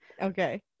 Okay